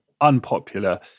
unpopular